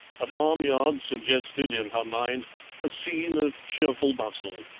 a farmyard suggested in her mind a scene of cheerful bustle,